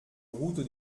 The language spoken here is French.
route